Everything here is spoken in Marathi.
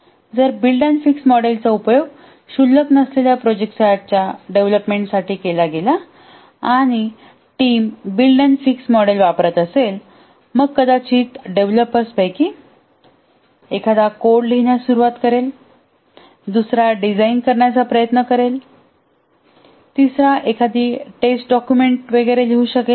जर बिल्ड आणि फिक्स्ड मॉडेलचा उपयोग क्षुल्लक नसलेल्या प्रोजेक्टाच्या डेव्हलपमेंटासाठी केला गेला आणि टीम बिल्ड आणि फिक्स मॉडेल वापरत असेल मग कदाचित डेवलपर्सपैकी एखादा कोड लिहिण्यास सुरवात करेल दुसरा डिझाइन करण्याचा प्रयत्न करेल तिसरा एखादा टेस्ट डॉक्युमेंट वगैरेवर लिहू शकेल